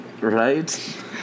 Right